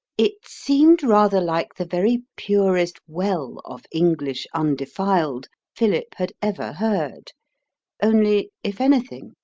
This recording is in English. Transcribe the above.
it seemed rather like the very purest well of english undefiled philip had ever heard only, if anything,